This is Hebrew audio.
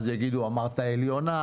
כי אז יגידו 'אמרת עליונה',